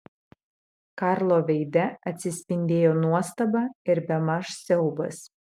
karlo veide atsispindėjo nuostaba ir bemaž siaubas